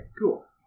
cool